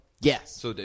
Yes